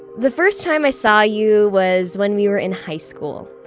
the first time i saw you was when we were in high school.